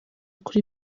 kuri